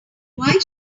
why